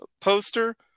poster